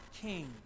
King